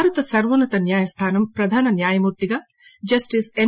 భారత సర్వోన్న త న్యాయస్థానం ప్రధాన న్యాయమూర్తిగా జస్టిస్ ఎస్